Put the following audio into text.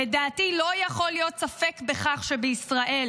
"לדעתי לא יכול להיות ספק בכך שבישראל